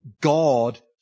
God